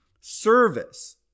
Service